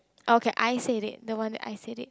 okay I say it the one I say it